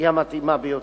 היא המתאימה ביותר.